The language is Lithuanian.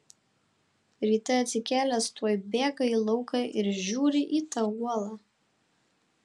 ryte atsikėlęs tuoj bėga į lauką ir žiūrį į tą uolą